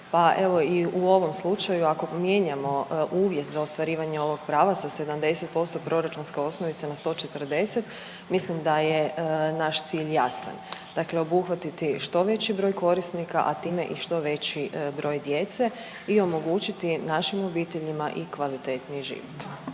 Pa evo i u ovom slučaju ako mijenjamo uvjet za ostvarivanje ovog prava sa 70% proračunske osnovice na 140 mislim da je naš cilj jasan, dakle obuhvatiti što veći broj korisnika, a time i što veći broj djece i omogućiti našim obiteljima i kvalitetniji život.